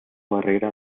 barrera